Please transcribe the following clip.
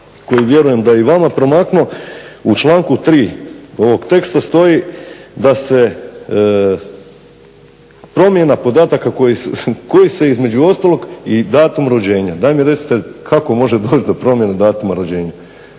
koji vjerujem da je i vama promaknuo, u članku 3.ovog teksta stoji da se promjena podataka koji se između ostalog i datum rođenja. Daj mi recite kako može doći do promjene datuma rođenja?